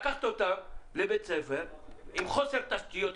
לקחת אותם לבית ספר עם חוסר תשתיות,